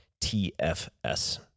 TFS